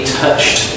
touched